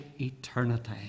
eternity